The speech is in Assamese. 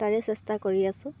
তাৰে চেষ্টা কৰি আছো